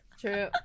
True